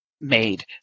made